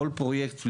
כל פרויקט,